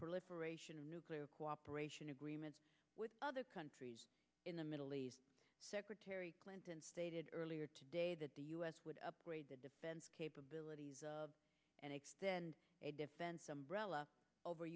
proliferation of nuclear cooperation agreements with other countries in the middle east secretary clinton stated earlier today that the u s would upgrade the defense capabilities and expand a defense umbrella over